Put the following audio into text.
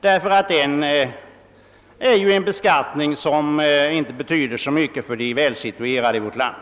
Det är ju en beskattning som inte betyder så mycket för de välsituerade i vårt land.